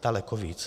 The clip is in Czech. Daleko víc.